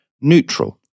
neutral